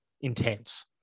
intense